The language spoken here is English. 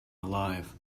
alive